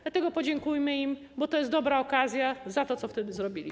Dlatego podziękujmy im, bo to jest dobra okazja, za to, co wtedy zrobili.